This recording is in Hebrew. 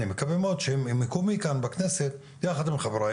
אני מקווה שמאוד שעם מקומי כאן בכנסת יחד עם חבריי,